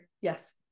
yes